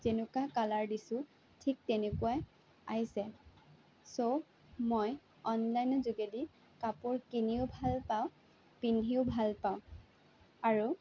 যেনেকুৱা কালাৰ দিছোঁ ঠিক তেনেকুৱাই আহিছে চ' মই অনলাইনৰ যোগেদি কাপোৰ কিনিও ভালপাওঁ পিন্ধিও ভালপাওঁ আৰু